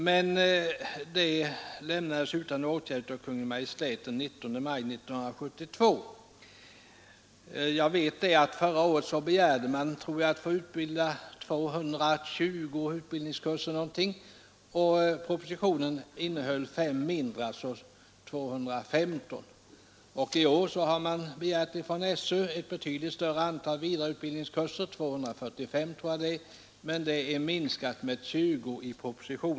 Men det lämnades utan åtgärd av Kungl. Maj:t den 19 maj 1972. Förra året begärde skolöverstyrelsen att få anordna 220 utbildningskurser medan propositionen upptog 5 mindre, dvs. 215 kurser. I år har SÖ begärt ett betydligt större antal vidareutbildningskurser, nämligen 245. I propositionen har antalet sådana kurser skurits ned med 20.